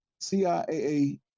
ciaa